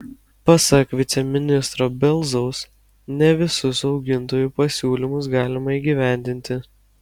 pasak viceministro belzaus ne visus augintojų pasiūlymus galima įgyvendinti